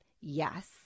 yes